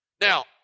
Now